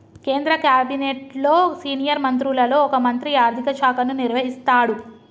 కేంద్ర క్యాబినెట్లో సీనియర్ మంత్రులలో ఒక మంత్రి ఆర్థిక శాఖను నిర్వహిస్తాడు